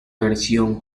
versión